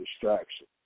distraction